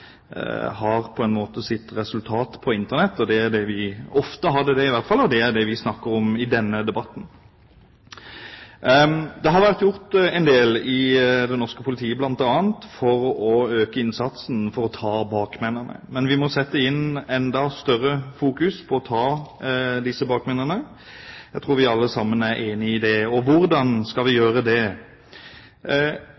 har på en måte sitt resultat på Internett, i hvert fall hadde det ofte det. Det er det vi snakker om i denne debatten. Det har vært gjort en del, bl.a. av norsk politi, for å øke innsatsen for å ta bakmennene. Men vi må sette inn et enda sterkere fokus for å ta disse bakmennene. Jeg tror vi alle sammen er enige om det. Hvordan skal vi